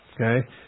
Okay